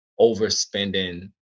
overspending